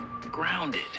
grounded